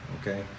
okay